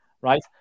right